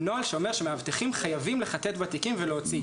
נוהל שאומר שמאבטחים חייבים לחטט בתיקים ולהוציא.